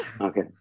Okay